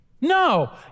No